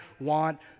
want